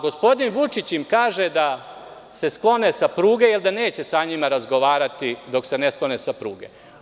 Gospodin Vučić im kaže da se sklone sa pruge jer neće sa njima razgovarati, dok se ne sklone sa pruge.